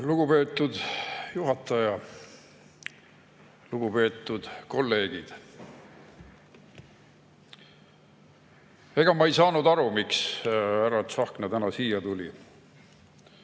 Lugupeetud juhataja! Lugupeetud kolleegid! Ega ma ei saanud aru, miks härra Tsahkna täna siia tuli.